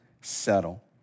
settle